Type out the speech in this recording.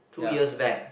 two years back